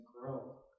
grow